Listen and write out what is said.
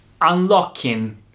unlocking